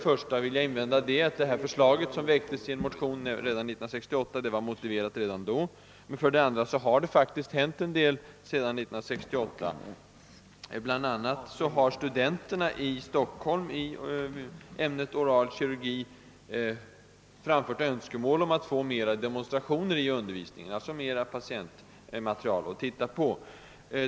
Först vill jag då invända att förslaget var motiverat redan när det väcktes 1968. Sedan dess har det dessutom faktiskt hänt en hel del. Bl. a. har studenterna i Stockholm i ämnet oral kirurgi framfört önskemål om att få mera demonstrationer i undervisningen, d.v.s. mer patientmaterial att se på.